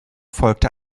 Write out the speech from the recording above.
folgte